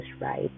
right